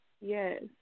Yes